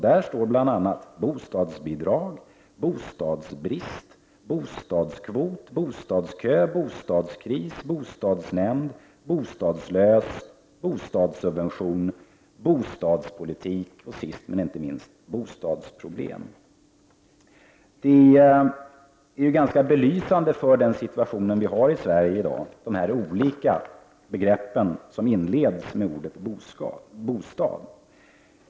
Där står bl.a. bostadsbidrag, bostadsbrist, bostadskvot, bostadskö, bostadskris, bostadsnämnd, bostadslös, bostadssubvention, bostadspolitik och sist men inte minst bostadsproblem. Detta är ju ganska belysande för den situation som råder i dag. Det finns alltså en mängd olika begrepp som inleds med ordet bostad.